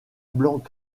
blanc